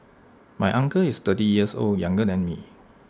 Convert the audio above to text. my uncle is thirty years old younger than me